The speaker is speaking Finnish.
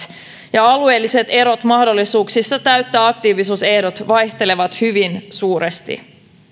ja alueelliset erot mahdollisuuksissa täyttää aktiivisuusehdot vaihtelevat hyvin suuresti